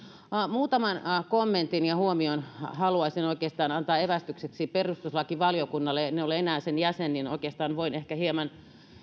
muutaman kommentin ja huomion haluaisin oikeastaan antaa evästykseksi perustuslakivaliokunnalle koska en ole enää sen jäsen niin oikeastaan voin hieman ehkä